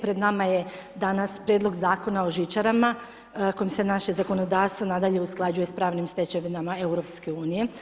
Pred nama je danas Prijedlog zakona o žičarama kojim se naše zakonodavstvo nadalje usklađuje sa pravnim stečevinama EU.